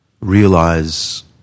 realize